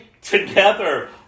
together